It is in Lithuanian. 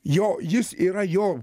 jo jis yra jo